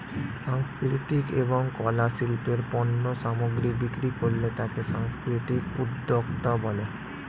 সাংস্কৃতিক এবং কলা শিল্পের পণ্য সামগ্রী বিক্রি করলে তাকে সাংস্কৃতিক উদ্যোক্তা বলে